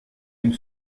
une